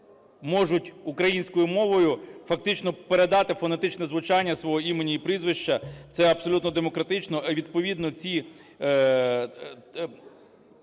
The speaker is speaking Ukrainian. …можуть українською мовою фактично передати фонетичне звучання свого імені і прізвища, це абсолютно демократично.